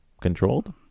controlled